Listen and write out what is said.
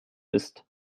ist